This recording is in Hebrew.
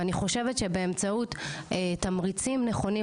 אני חושבת שבאמצעות תמריצים נכונים